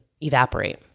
evaporate